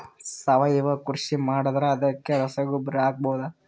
ಸಾವಯವ ಕೃಷಿ ಮಾಡದ್ರ ಅದಕ್ಕೆ ರಸಗೊಬ್ಬರನು ಹಾಕಬಹುದಾ?